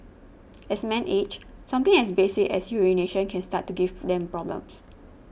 as men age something as basic as urination can start to give them problems